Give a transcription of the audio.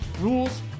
rules